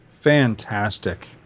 Fantastic